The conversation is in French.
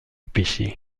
péché